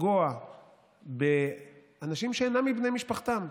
לפגוע באנשים שאינם מבני משפחתם.